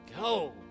go